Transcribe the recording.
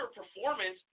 performance